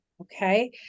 Okay